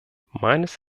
meines